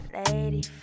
lady